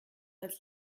als